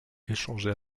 échanger